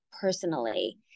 personally